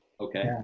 Okay